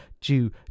due